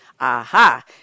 Aha